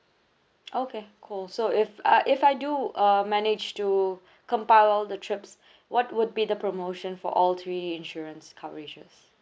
okay cool so if uh if I do uh manage to compile all the trips what would be the promotion for all three insurance coverages